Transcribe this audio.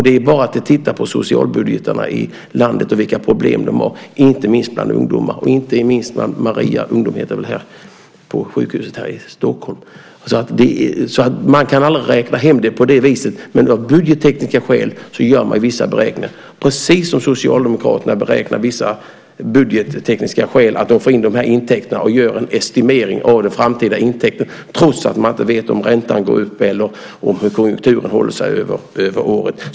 Det är bara att titta på socialbudgetarna i landet och problemen inte minst bland ungdomar - sjukhuset i Stockholm heter väl Maria Ungdom. Det går aldrig att räkna detta hem, men av budgettekniska skäl görs vissa beräkningar. Det är precis som Socialdemokraterna av vissa budgettekniska skäl beräknar intäkter. Man gör en estimering av framtida intäkter trots att man inte vet om räntan går upp eller hur konjunkturen kommer att vara över året.